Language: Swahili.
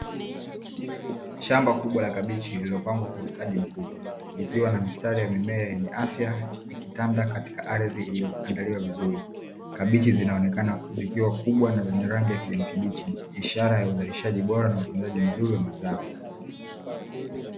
Shamba kubwa la kabichi lilopangwa bustani kubwa likiwa na mistari yenye afya kabichi zinaonekana zenye afya nzuri ikionyesha uzalishaji bora wa kisasa